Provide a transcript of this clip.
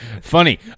Funny